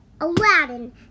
Aladdin